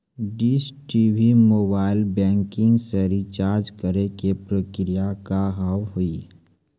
Dish TV mobile banking से recharge करे के प्रक्रिया का हाव हई?